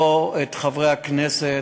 לא את חברי הכנסת,